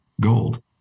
gold